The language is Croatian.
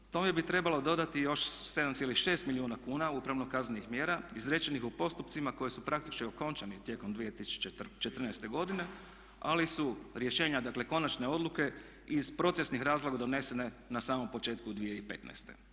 Tome bi trebalo dodati još 7,6 milijuna kuna upravno-kaznenih mjera izrečenih u postupcima koji su praktički okončani tijekom 2014. godine, ali su rješenja, dakle konačne odluke iz procesnih razloga donesene na samom početku 2015.